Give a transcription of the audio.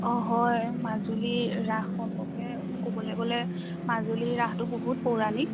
অঁ হয় মাজুলীৰ ৰাস সম্পৰ্কে ক'বলৈ গ'লে মাজুলীৰ ৰাসটো বহুত পৌৰাণিক